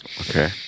okay